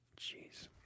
Jeez